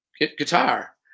guitar